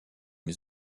les